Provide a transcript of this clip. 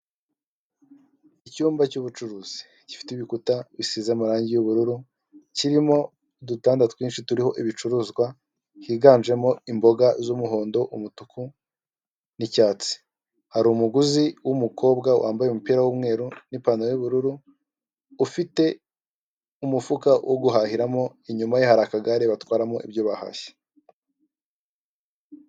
Icyumba cy'ubucuruzi gifite ibikuta bisize amarangi y'ubururu kirimo udutanda twinshi turiho ibicuruzwa higanjemo imboga z'umuhondo, umutuku, n'icyatsi. Hari umuguzi w'umukobwa wambaye umupira w'umweru n'ipantaro y'ubururu ufite umufuka wo guhahiramo, inyuma ye hari akagare batwaramo ibyo bahashye.